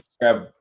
grab